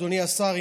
אדוני השר,